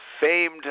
famed